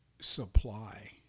Supply